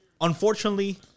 unfortunately